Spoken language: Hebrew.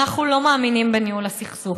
אנחנו לא מאמינים בניהול הסכסוך.